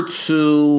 two